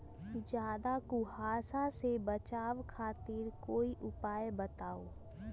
ज्यादा कुहासा से बचाव खातिर कोई उपाय बताऊ?